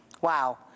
Wow